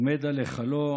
עומד על היכלו,